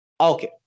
Okay